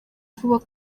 vuba